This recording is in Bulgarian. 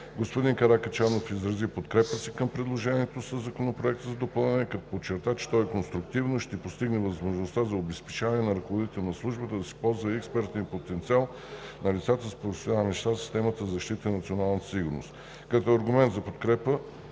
Красимир Каракачанов изрази подкрепата си към предложеното със Законопроекта допълнение като подчерта, че то е конструктивно и ще постигане възможността за обезпечаване на ръководител на службата да се ползва и експертният потенциал на лицата с професионален стаж в системата за защита на националната сигурност. Като аргумент за подкрепата